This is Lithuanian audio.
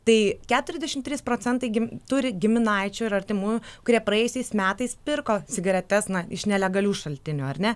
tai keturiasdešimt trys procentai gi turi giminaičių ir artimųjų kurie praėjusiais metais pirko cigaretes na iš nelegalių šaltinių ar ne